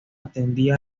atendía